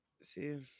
see